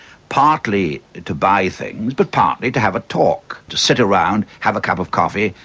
partly to buy things but partly to have a talk, to sit around, have a cup of coffee,